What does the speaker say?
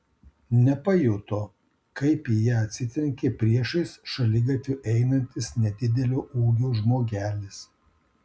nepajuto kaip į ją atsitrenkė priešais šaligatviu einantis nedidelio ūgio žmogelis